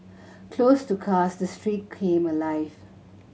closed to cars the street came alive